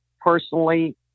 personally